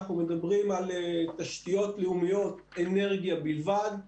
אנחנו מדברים על תשתיות לאומיות אנרגיה בלבד.